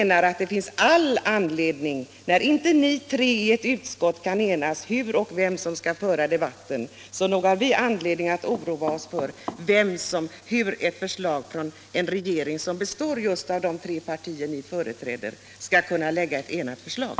När inte de tre regeringspartierna i utskottet kan enas om hur och vem som skall föra debatten, så har vi anledning att oroa oss för hur en regering som består av dessa tre partier skall kunna lägga ett enat förslag.